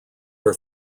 are